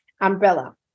umbrella